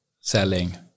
selling